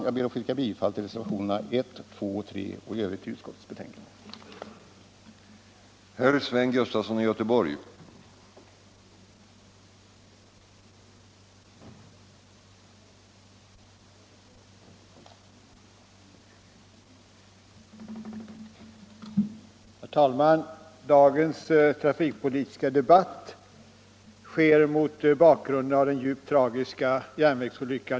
Jag ber att få yrka bifall till reservationerna 1, 2 och 3 och i övrigt bifall till utskottets hemställan.